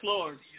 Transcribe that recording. Lord